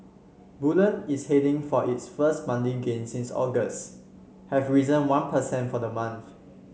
bullion is heading for its first monthly gain since August having risen one per cent for the month